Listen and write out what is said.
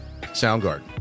Soundgarden